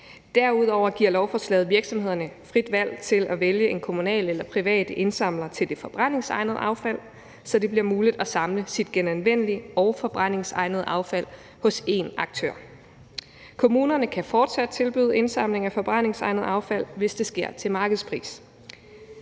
Derudover giver lovforslaget virksomhederne frit valg til at vælge en kommunal eller privat indsamler til det forbrændingsegnede affald, så det bliver muligt at samle sit genanvendelige og forbrændingsegnede affald hos én aktør. Kommunerne kan fortsat tilbyde indsamling af forbrændingsegnet affald, hvis det sker til markedspris.